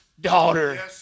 daughter